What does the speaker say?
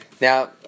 now